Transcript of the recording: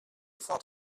thought